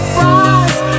rise